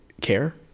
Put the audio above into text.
Care